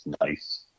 nice